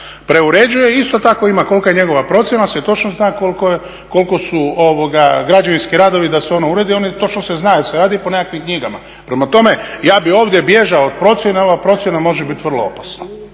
preuređuje isto tako ima kolika je njegova procjena, onda se točno zna koliko su građevinski radovi da se ono uredi. Točno se zna jer se radi po nekakvim knjigama. Prema tome ja bih ovdje bježao od procjene, ova procjena može bit vrlo opasna